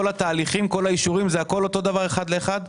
כל התהליכים וכל האישורים הכול אותו דבר אחד לאחד?